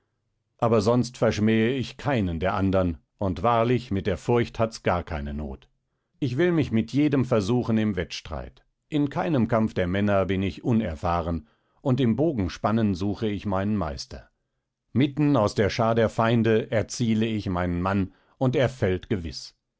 aber sonst verschmähe ich keinen der andern und wahrlich mit der furcht hat's gar keine not ich will mich mit jedem versuchen im wettstreit in keinem kampf der männer bin ich unerfahren und im bogen spannen suche ich meinen meister mitten aus der schar der feinde erziele ich meinen mann und er fällt gewiß